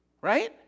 Right